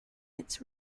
its